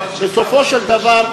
בסופו של דבר,